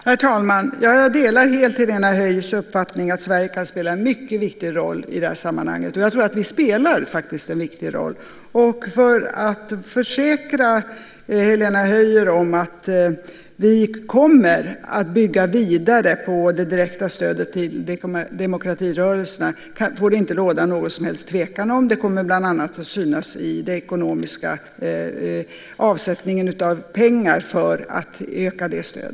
Herr talman! Jag delar helt Helena Höijs uppfattning att Sverige kan spela en mycket viktig roll i det här sammanhanget. Jag tror faktiskt också att vi redan spelar en viktig roll. Jag kan försäkra Helena Höij om att vi kommer att bygga vidare på det direkta stödet på demokratirörelserna. Det får det inte råda någon som helst tvekan om. Det kommer bland annat att synas i avsättningen av pengar för att öka detta stöd.